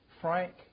Frank